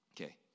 Okay